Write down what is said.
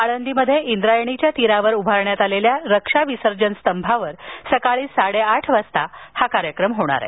आळंदीत ब्रायणीच्या तीरावर उभारण्यात आलेल्या रक्षा विसर्जन स्तंभावर सकाळी साडेआठ वाजता हा कार्यक्रम होणार आहे